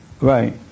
Right